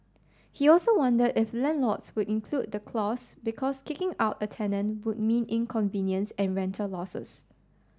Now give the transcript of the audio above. he also wondered if landlords would include the clause because kicking out a tenant would mean inconvenience and rental losses